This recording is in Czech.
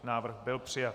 Návrh byl přijat.